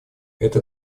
это